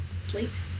Slate